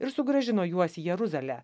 ir sugrąžino juos į jeruzalę